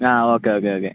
ആ okay okay okay